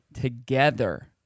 together